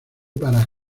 para